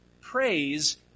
praise